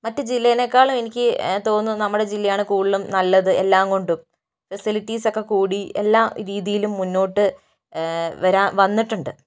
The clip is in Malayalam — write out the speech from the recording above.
മറ്റു ജില്ലയിയേക്കാളും എനിക്ക് തോന്നുന്നു നമ്മുടെ ജില്ലയാണ് കൂടുതലും നല്ലത് എല്ലാംകൊണ്ടും ഫെസിലിറ്റിസ് ഒക്കെക്കൂടി എല്ലാ രീതിയിലും മുന്നോട്ട് വന്നിട്ടുണ്ട്